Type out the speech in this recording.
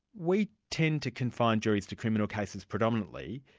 we tend to confine juries to criminal cases, predominantly,